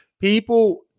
people